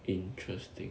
interesting